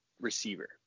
receiver